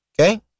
Okay